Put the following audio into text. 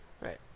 Right